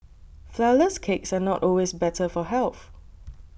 Flourless Cakes are not always better for health